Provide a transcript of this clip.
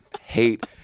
hate